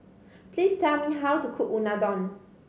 please tell me how to cook Unadon